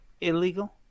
illegal